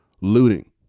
looting